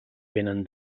vénen